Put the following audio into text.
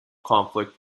conflict